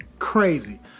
Crazy